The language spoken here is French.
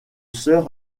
sœur